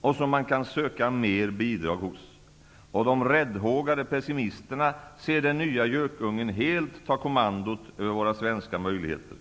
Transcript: och som man kan söka mer bidrag hos. De räddhågade pessimisterna ser den nya gökungen helt ta kommandot över våra svenska möjligheter.